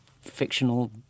fictional